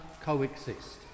coexist